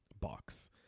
box